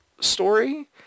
story